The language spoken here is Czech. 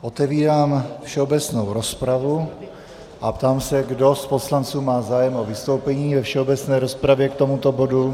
Otevírám všeobecnou rozpravu a ptám se, kdo z poslanců má zájem o vystoupení ve všeobecné rozpravě k tomuto bodu.